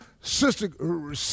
Sister